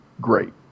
Great